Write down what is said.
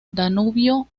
danubio